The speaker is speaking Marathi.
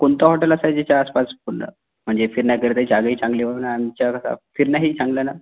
कोणतं हॉटेल असं आहे जिचे आसपास पुन्हा म्हणजे फिरण्याकरता जागाही चांगली होणं फिरणंही चांगलं ना